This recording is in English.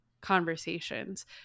conversations